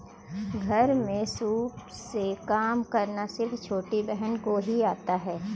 घर में सूप से काम करना सिर्फ छोटी बहन को ही आता है